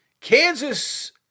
Kansas